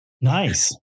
Nice